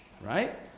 right